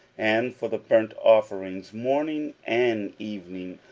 and for the burnt offerings morning and evening,